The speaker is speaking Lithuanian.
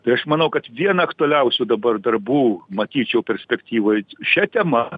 tai aš manau kad viena aktualiausių dabar darbų matyčiau perspektyvoj šia tema